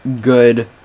good